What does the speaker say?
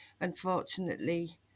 unfortunately